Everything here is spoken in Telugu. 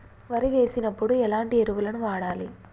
వరి వేసినప్పుడు ఎలాంటి ఎరువులను వాడాలి?